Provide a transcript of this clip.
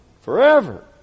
forever